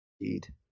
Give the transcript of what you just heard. Indeed